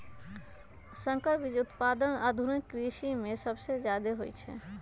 संकर बीज उत्पादन आधुनिक कृषि में सबसे जादे होई छई